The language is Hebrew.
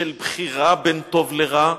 של בחירה בין טוב לרע.